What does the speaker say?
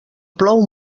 plou